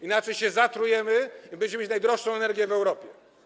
Inaczej się zatrujemy i będziemy mieć najdroższą energię w Europie.